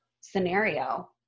scenario